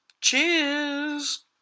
Cheers